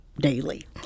daily